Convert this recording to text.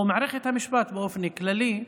או במערכת המשפט באופן כללי,